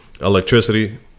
electricity